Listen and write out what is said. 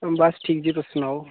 बस ठीक जी तुस सनाओ